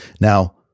Now